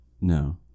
No